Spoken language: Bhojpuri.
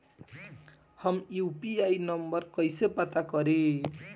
हम यू.पी.आई नंबर कइसे पता करी?